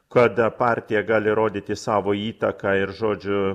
kada partija gali rodyti savo įtaką ir žodžiu